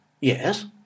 Yes